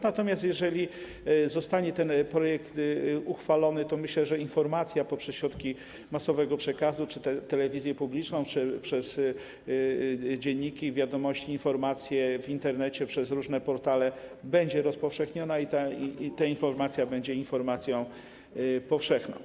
Natomiast jeżeli ten projekt zostanie uchwalony, to myślę, że informacja poprzez środki masowego przekazu: telewizję publiczną czy dzienniki, wiadomości, informacje w Internecie, przez różne portale będzie rozpowszechniona i ta informacja będzie informacją powszechną.